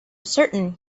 certain